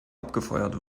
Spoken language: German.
abgefeuert